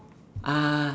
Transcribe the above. ah